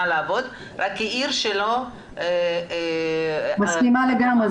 לעבוד כי העיר שלו -- מסכימה לגמרי.